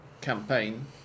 campaign